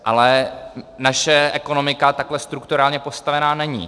Ale naše ekonomika takhle strukturálně postavená není.